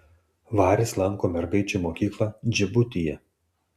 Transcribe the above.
varis lanko mergaičių mokyklą džibutyje